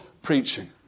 Preaching